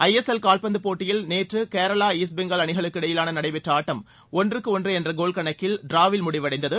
ஐ S L கால்பந்து போட்டியில் நேற்று கேரளா ஈஸ்ட் பெங்கால் அணிகளுக்கிடையே நடைபெற்ற ஆட்டம் ஒன்றுக்கு ஒன்று என்ற கோல் கணக்கில் சமநிலையில் முடிவடைந்தது